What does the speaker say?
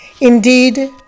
Indeed